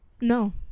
No